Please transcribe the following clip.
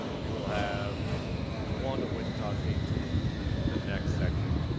we will have one wichita state team in the next section.